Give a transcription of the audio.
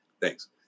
thanks